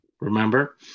Remember